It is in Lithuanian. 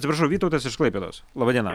atsiprašau vytautas iš klaipėdos laba diena